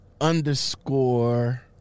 underscore